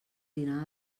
dinar